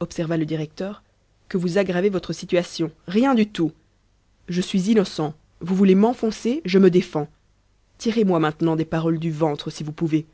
observa le directeur que vous aggravez votre situation rien du tout je suis innocent vous voulez m'enfoncer je me défends tirez moi maintenant des paroles du ventre si vous pouvez